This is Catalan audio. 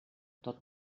tot